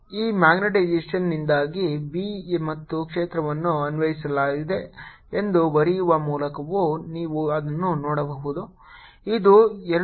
ಈ ಮ್ಯಾಗ್ನೆಟೈಸೇಶನ್ನಿಂದಾಗಿ B ಮತ್ತು ಕ್ಷೇತ್ರವನ್ನು ಅನ್ವಯಿಸಲಾಗಿದೆ ಎಂದು ಬರೆಯುವ ಮೂಲಕವೂ ನೀವು ಅದನ್ನು ನೋಡಬಹುದು ಇದು 2 3rd's M ಈಗ 0 ಆಗಿರಬೇಕು